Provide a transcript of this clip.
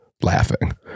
laughing